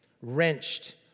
Wrenched